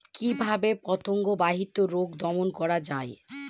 কিভাবে পতঙ্গ বাহিত রোগ দমন করা যায়?